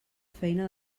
feina